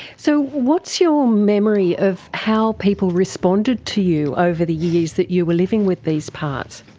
so what's your memory of how people responded to you over the years that you are living with these parts?